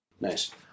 Nice